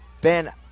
Ben